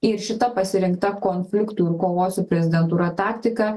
ir šita pasirinkta konfliktų ir kovos su prezidentūra taktika